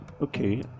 okay